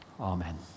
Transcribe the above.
Amen